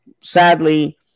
sadly